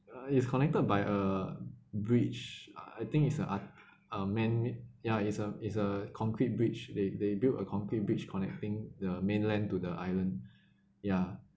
uh is connected by a bridge I think is a a man made ya is a is a concrete bridge they they built a concrete bridge connecting the mainland to the island ya